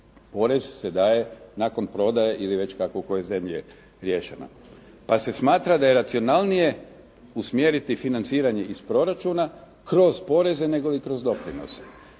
porez se daje nakon prodaje ili već kako u kojoj zemlji je riješeno. Pa se smatra da je racionalnije usmjeriti financiranje iz proračuna kroz poreze negoli kroz doprinose.